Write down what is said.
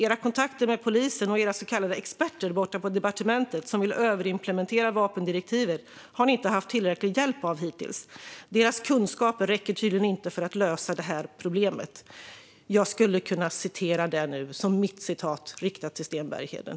Era kontakter med polisen och era så kallade experter borta på departementet, som vill överimplementera vapendirektivet, har ni inte haft tillräcklig hjälp av hittills. Deras kunskaper räcker tydligen inte för att lösa det här problemet." Jag skulle kunna använda det nu som mitt citat riktat till Sten Bergheden.